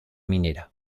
minera